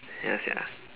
ya sia